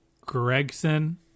Gregson